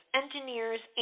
engineers